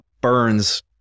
burns